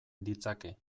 ditzake